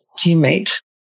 teammate